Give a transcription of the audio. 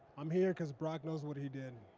i'm here because brock knows what he did.